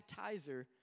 Baptizer